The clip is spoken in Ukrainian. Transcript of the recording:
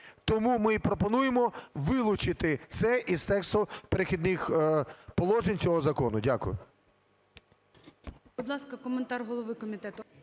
Тому ми і пропонуємо вилучити це із тексту "Перехідних положень" цього закону. Дякую.